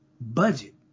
budget